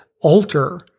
alter